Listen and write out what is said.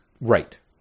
Right